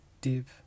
deep